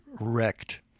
wrecked